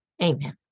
Amen